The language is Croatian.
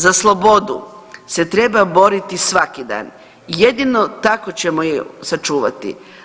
Za slobodu se treba boriti svaki dan, jedino tako ćemo ju sačuvati.